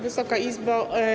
Wysoka Izbo!